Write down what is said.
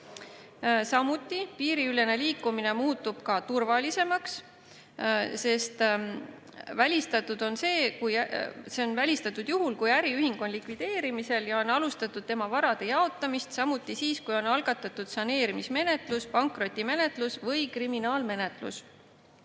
muutub piiriülene liikumine turvalisemaks, sest see on välistatud juhul, kui äriühing on likvideerimisel ja on alustatud tema varade jaotamist, samuti siis, kui on algatatud saneerimismenetlus, pankrotimenetlus või kriminaalmenetlus.